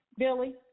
Billy